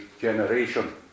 generation